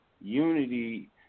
Unity